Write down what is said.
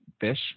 fish